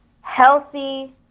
healthy